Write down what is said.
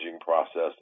process